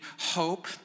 hope